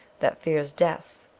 that fears death,